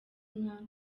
nka